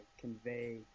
convey